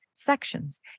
sections